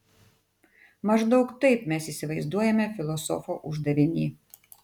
maždaug taip mes įsivaizduojame filosofo uždavinį